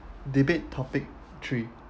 debate topic three